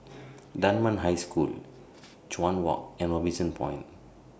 Dunman High School Chuan Walk and Robinson Point